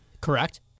Correct